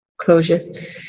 closures